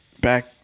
back